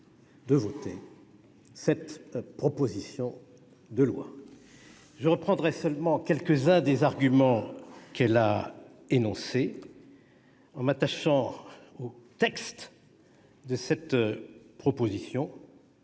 de voter ce texte. Je reprendrai seulement quelques-uns des arguments qu'elle a énoncés, en m'attachant au texte de cette proposition